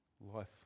life